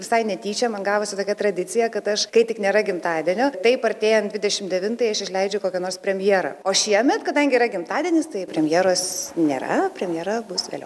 visai netyčia man gavosi tokia tradicija kad aš kai tik nėra gimtadienio taip artėjant dvidešimt devintąjai aš išleidžiu kokią nors premjerą o šiemet kadangi yra gimtadienis tai premjeros nėra premjera bus vėliau